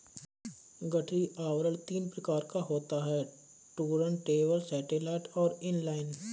गठरी आवरण तीन प्रकार का होता है टुर्नटेबल, सैटेलाइट और इन लाइन